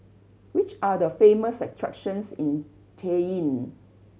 which are the famous attractions in Cayenne